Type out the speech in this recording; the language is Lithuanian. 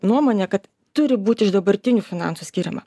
nuomonę kad turi būt iš dabartinių finansų skiriama